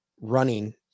running